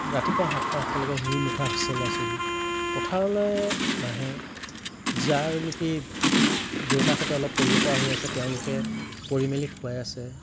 ৰাতিপুৱা সাতটা আঠটালৈকে শুই নুঠা হৈছে ল'ৰা ছোৱালীবোৰ পথাৰলৈ নাহে যাৰনেকি দেউতাকহঁতে কৰিব পৰা হৈ আছে তেওঁলোকে কৰি মেলি খুৱাই আছে